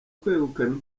kwegukana